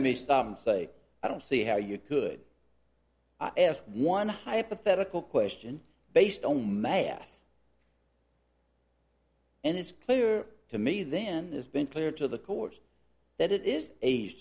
me stop and say i don't see how you could have one hypothetical question based on math and it's clear to me then it's been clear to the courts that it is age